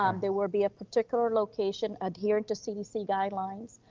um there will be a particular location adhering to cdc guidelines,